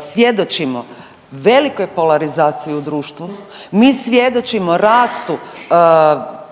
svjedočimo velikoj polarizaciji u društvu, mi svjedočimo rastu